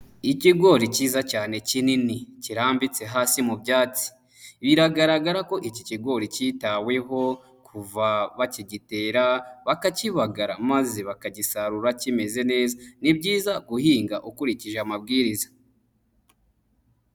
Ikigori cyiza cyane kinini kirambitse hasi mu byatsi, biragaragara ko iki kigori kitaweho kuva bakigitera bakakibaga maze bakagisarura kimeze neza, ni byiza guhinga ukurikije amabwiriza.